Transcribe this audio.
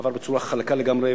עבר בצורה חלקה לגמרי.